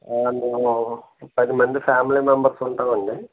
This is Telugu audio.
మేము పది మంది ఫ్యామిలీ మెంబెర్స్ ఉంటాం అండి